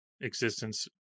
Existence